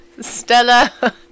Stella